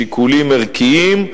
שיקולים ערכיים,